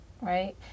right